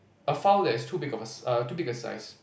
a file that is too big of a s~ err too big a size